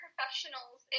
professionals